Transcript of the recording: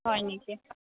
হয় নেকি